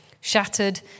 shattered